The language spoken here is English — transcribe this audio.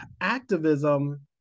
activism